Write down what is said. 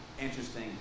interesting